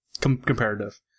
Comparative